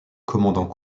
commandant